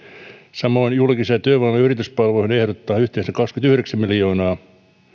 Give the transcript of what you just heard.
samoin julkisiin työvoima ja yrityspalveluihin ehdotetaan yhteensä kaksikymmentäyhdeksän miljoonaa